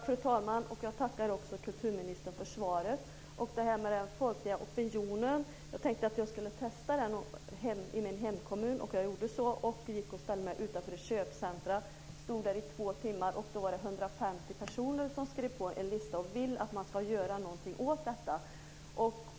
Fru talman! Jag tackar kulturministern för svaret. Jag tänkte att jag skulle testa den folkliga opinionen i min hemkommun och gjorde så. Jag ställde mig utanför ett köpcentrum och stod där i två timmar. Det var 150 personer som skrev på en lista och ville att man ska göra någonting åt detta.